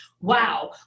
wow